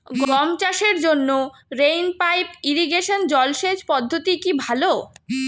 গম চাষের জন্য রেইন পাইপ ইরিগেশন জলসেচ পদ্ধতিটি কি ভালো?